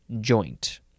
joint